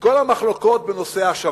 כל המחלוקות בנושא ההשבה.